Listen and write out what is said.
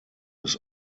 des